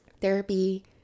therapy